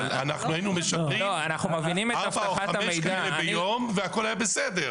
אנחנו היינו משדרים ארבעה או חמישה כאלה ביום והכול היה בסדר.